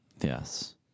yes